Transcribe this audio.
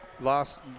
last